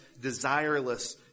desireless